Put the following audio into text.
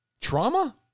Trauma